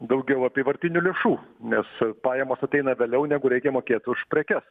daugiau apyvartinių lėšų nes pajamos ateina vėliau negu reikia mokėt už prekes